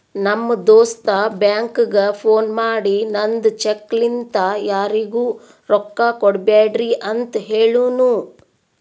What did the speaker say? ನಮ್ ದೋಸ್ತ ಬ್ಯಾಂಕ್ಗ ಫೋನ್ ಮಾಡಿ ನಂದ್ ಚೆಕ್ ಲಿಂತಾ ಯಾರಿಗೂ ರೊಕ್ಕಾ ಕೊಡ್ಬ್ಯಾಡ್ರಿ ಅಂತ್ ಹೆಳುನೂ